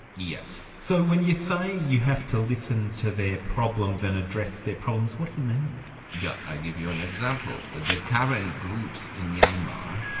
yes. so when you say you have to listen to their problems and address their problems, what do you mean? yes, i'll give you an example. the current groups in myanmar,